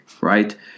right